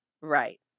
Right